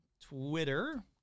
Twitter